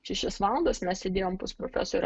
šešias valandas mes sėdėjom pas profesorę